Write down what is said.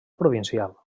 provincial